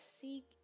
seek